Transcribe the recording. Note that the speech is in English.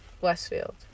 Westfield